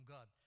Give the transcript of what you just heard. God